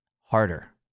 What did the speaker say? harder